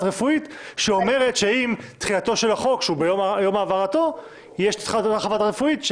רפואית שאומרת שעם תחילתו של החוק תהיה חוות דעת רפואית.